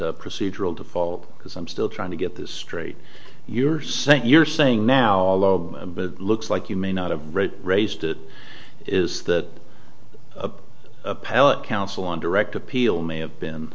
about procedural default because i'm still trying to get this straight you're saying you're saying now looks like you may not have raised it is that appellate counsel on direct appeal may have been